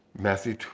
Matthew